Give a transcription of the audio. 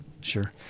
Sure